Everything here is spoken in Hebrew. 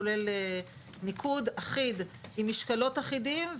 כולל מיקוד אחיד עם משקלות אחידים,